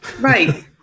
right